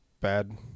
bad